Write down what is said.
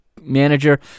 manager